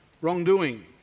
wrongdoing